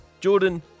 Jordan